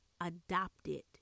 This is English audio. adopted